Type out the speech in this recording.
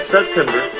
September